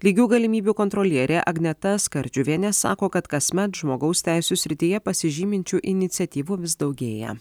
lygių galimybių kontrolierė agneta skardžiuvienė sako kad kasmet žmogaus teisių srityje pasižyminčių iniciatyvų vis daugėja